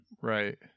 Right